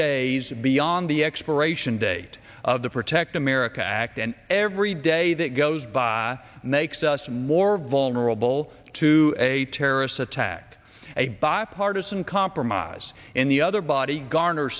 days beyond the expiration date of the protect america act and every day that goes by makes us more vulnerable to a terrorist attack a bipartisan compromise in the other body garner